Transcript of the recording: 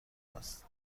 است